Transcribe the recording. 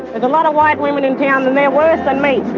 a lot of white women in town and they're worse than me.